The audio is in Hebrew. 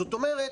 זאת אומרת